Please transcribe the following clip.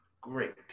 Great